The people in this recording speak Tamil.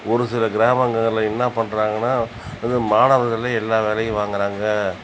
ஒரு சில கிராமங்களில் என்ன பண்ணுறாங்கன்னா இது மாணவர்களை எல்லா வேலையும் வாங்குகிறாங்க